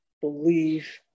believe